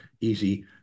easy